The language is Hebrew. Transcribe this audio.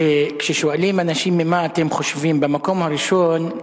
שכששואלים אנשים: ממה אתם חוששים במקום הראשון,